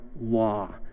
law